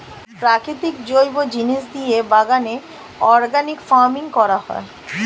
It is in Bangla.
প্রাকৃতিক জৈব জিনিস দিয়ে বাগানে অর্গানিক ফার্মিং করা হয়